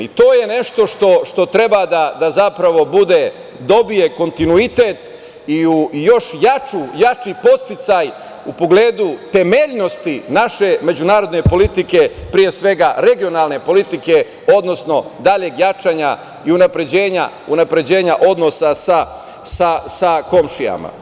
To je nešto što treba da zapravo dobije kontinuitet i još jači podsticaj u pogledu temeljnosti naše međunarodne politike, pre svega regionalne politike, odnosno daljeg jačanja i unapređenja odnosa sa komšijama.